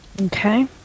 Okay